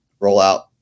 rollout